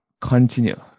continue